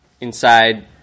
inside